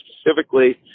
specifically